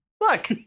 look